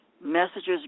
messages